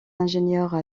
ingénieurs